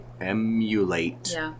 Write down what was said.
emulate